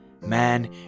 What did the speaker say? Man